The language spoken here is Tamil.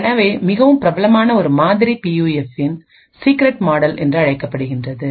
எனவே மிகவும் பிரபலமான ஒரு மாதிரி பியூஎஃப்பின் சீக்ரெட் மாடல் என்று அழைக்கப்படுகிறது